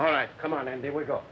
all right come on and there we go